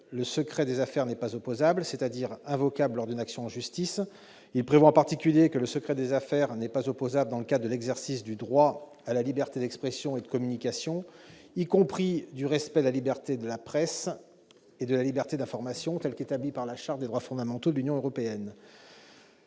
le secret des affaires n'est pas opposable, c'est-à-dire invocable lors d'une action en justice. Il prévoit en particulier que le secret des affaires n'est pas opposable dans le cadre de l'exercice du droit à la liberté d'expression et de communication, y compris le respect de la liberté de la presse et de la liberté d'information telle qu'établie par la Charte des droits fondamentaux de l'Union européenne.